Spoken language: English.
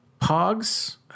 pogs